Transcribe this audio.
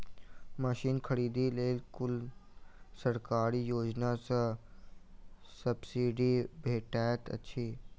Machine खरीदे लेल कुन सरकारी योजना सऽ सब्सिडी भेटैत अछि?